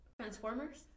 Transformers